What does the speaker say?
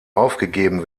aufgegeben